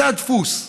זה הדפוס,